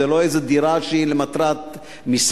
וזו לא איזו דירה שהיא למטרת מסחר,